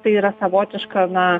tai yra savotiška na